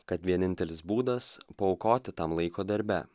kad vienintelis būdas paaukoti tam laiko darbe